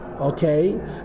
okay